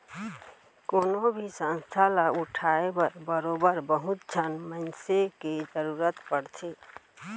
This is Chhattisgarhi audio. कोनो भी संस्था ल उठाय बर बरोबर बहुत झन मनसे के जरुरत पड़थे